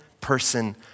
person